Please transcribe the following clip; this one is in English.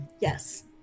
Yes